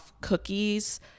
cookies